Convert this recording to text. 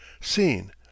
Scene